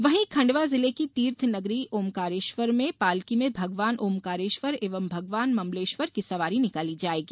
वहीं खण्डवा जिले की तीर्थ नगरी ओम्कारेश्वर में पालकी में भगवान ओम्कारेश्वर एवं भगवान ममलेश्वर की सवारी निकाली जाएगी